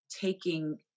taking